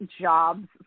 jobs